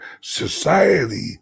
society